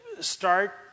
start